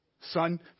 Son